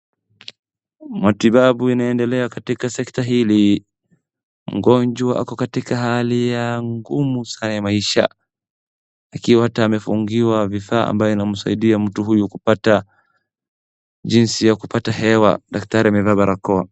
Matibabu inaendelea katika sekta hili. Mgonjwa ako katika hali ya ngumu sana ya maisha. akiwa hata amefungiwa vifaa amabye inamsaidia mtu huyu kupata jinsi ya kupata hewa. Daktari amevaa barakoa.